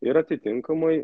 ir atitinkamai